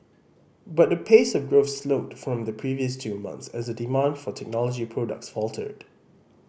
but the pace of growth slowed from the previous two months as demand for technology products faltered